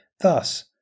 Thus